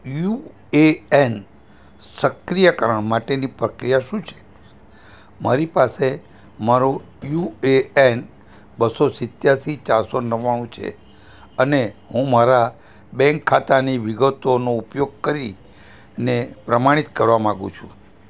UAN સક્રિયકરણ માટેની પ્રક્રિયા શું છે મારી પાસે મારો યુએએન બસો સિત્યાસી ચારસો નવ્વાણું છે અને હું મારા બેંક ખાતાની વિગતોનો ઉપયોગ કરી ને પ્રમાણિત કરવા માંગુ છું